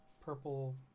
purple